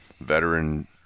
veteran